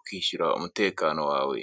ukishyura umutekano wawe.